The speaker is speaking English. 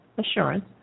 assurance